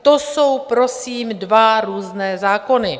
To jsou prosím dva různé zákony.